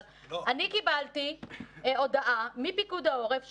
אבל אני קיבלתי הודעה מפיקוד העורף שאומרת: